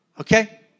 Okay